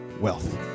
wealth